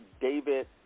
David